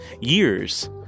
years